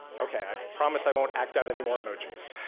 okay. i promise i won't act out any more emojis.